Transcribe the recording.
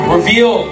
Reveal